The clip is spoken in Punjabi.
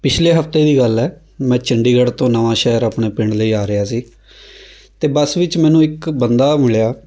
ਪਿਛਲੇ ਹਫ਼ਤੇ ਦੀ ਗੱਲ ਹੈ ਮੈਂ ਚੰਡੀਗੜ੍ਹ ਤੋਂ ਨਵਾਂਸ਼ਹਿਰ ਆਪਣੇ ਪਿੰਡ ਲਈ ਆ ਰਿਹਾ ਸੀ ਤਾਂ ਬੱਸ ਵਿੱਚ ਮੈਨੂੰ ਇੱਕ ਬੰਦਾ ਮਿਲਿਆ